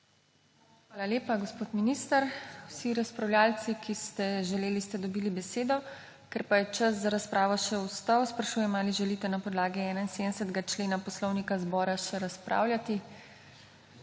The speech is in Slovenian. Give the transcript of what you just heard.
Hvala lepa, gospod minister. Vsi razpravljavci, ki ste to želeli, ste dobili besedo. Ker je čas za razpravo še ostal, sprašujem, ali želite na podlagi 71. člena Poslovnika Državnega zbora še razpravljati.